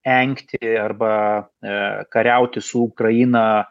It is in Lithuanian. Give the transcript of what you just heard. engti arba e kariauti su ukraina